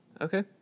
Okay